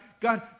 God